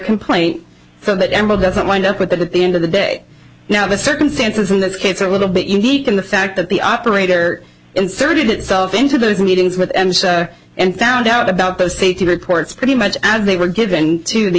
complaint so that emma doesn't wind up with it at the end of the day now the circumstances in this case are a little bit unique in the fact that the operator inserted itself into those meetings with ems and found out about the safety records pretty much as they were given to the